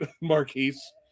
Marquise